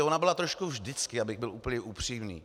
Ona byla trošku vždycky, abych byl úplně upřímný...